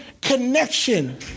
connection